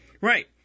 Right